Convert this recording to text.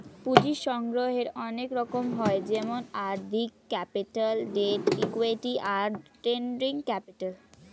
পুঁজির সংগ্রহের অনেক রকম হয় যেমন আর্থিক ক্যাপিটাল, ডেট, ইক্যুইটি, আর ট্রেডিং ক্যাপিটাল